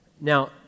Now